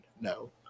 No